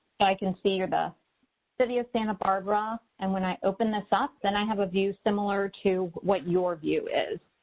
i can see you're the city of santa barbara. and when i open this up, then i have a view similar to what your view is,